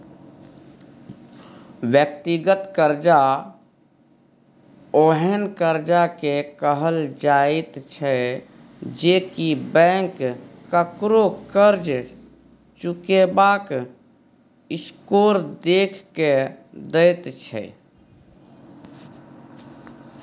व्यक्तिगत कर्जा ओहेन कर्जा के कहल जाइत छै जे की बैंक ककरो कर्ज चुकेबाक स्कोर देख के दैत छै